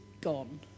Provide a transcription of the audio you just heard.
gone